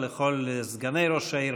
לכל סגני ראש העיר,